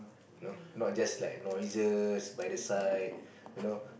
you know not just like noises by the side you know